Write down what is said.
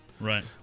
Right